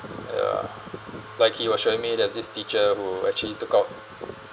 ya like he was showing me that this teacher who actually took out